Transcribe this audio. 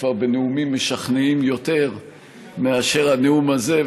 בנאומים משכנעים יותר מאשר הנאום הזה.